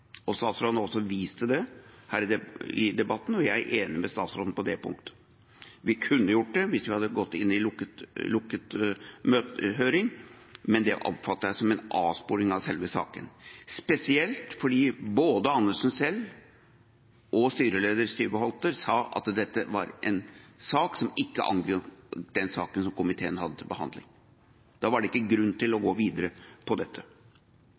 Statsråden har også vist til det her i debatten, og jeg er enig med statsråden på det punktet. Vi kunne gjort det hvis vi hadde gått inn i lukket høring, men det oppfatter jeg som en avsporing av selve saken, spesielt fordi både Andersen selv og styreleder Styve Holte sa at dette var en sak som ikke angikk den saken som komiteen hadde til behandling. Da var det ikke grunn til å gå videre med dette. Men for min del vil jeg si at på dette